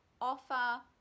offer